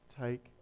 take